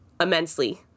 immensely